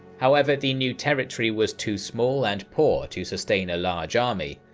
however, the new territory was too small and poor to sustain a large army,